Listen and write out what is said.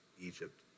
Egypt